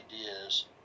ideas